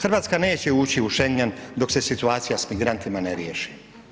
Hrvatska neće ući u Schengen dok se situacija s migrantima ne riješi.